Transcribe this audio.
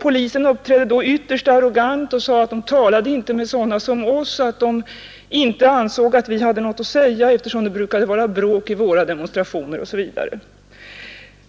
Polismännen uppträdde då ytterst arrogant och sade att de inte talade med sådana som vi och att de inte ansåg att vi hade något att säga, eftersom det brukade vara bråk vid våra demonstrationer osv.